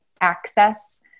access